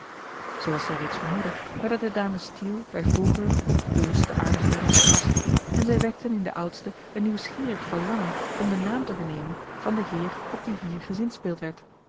zooals zij reeds vermoedde werden de dames steele bij voorkeur op de bewuste aardigheden vergast en zij wekten in de oudste een nieuwsgierig verlangen om den naam te vernemen van den heer op wien hier gezinspeeld werd